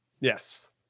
Yes